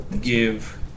Give